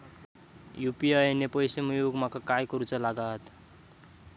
UPI ने पैशे मिळवूक माका काय करूचा लागात?